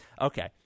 Okay